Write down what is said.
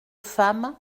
femmes